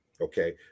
Okay